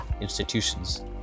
institutions